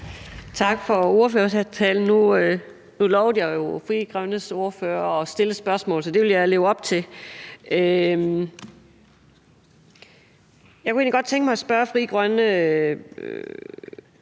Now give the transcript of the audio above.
Tak for ordførertalen. Nu lovede jeg jo Frie Grønnes ordfører at stille et spørgsmål, så det vil jeg leve op til. Jeg kunne godt tænke mig at spørge: Mener